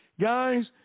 guys